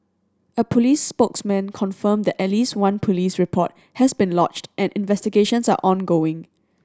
a police spokesman confirmed that at least one police report has been lodged and investigations are ongoing